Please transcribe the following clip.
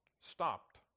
stopped